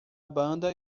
banda